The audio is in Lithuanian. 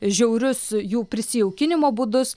žiaurius jų prisijaukinimo būdus